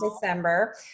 December